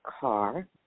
Car